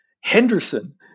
Henderson